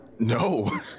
no